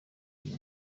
iyi